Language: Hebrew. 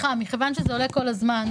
מכיוון שזה עולה כל הזמן,